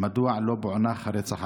2. מדוע לא פוענח הרצח?